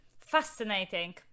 Fascinating